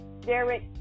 Derek